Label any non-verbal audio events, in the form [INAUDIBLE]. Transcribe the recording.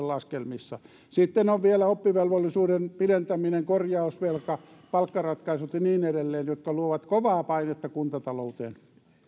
[UNINTELLIGIBLE] laskelmissa sitten on vielä oppivelvollisuuden pidentäminen korjausvelka palkkaratkaisut ja niin edelleen jotka luovat kovaa painetta kuntatalouteen